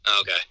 Okay